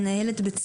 מנהלת בית ספר.